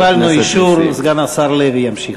קיבלנו אישור, סגן השר לוי ימשיך.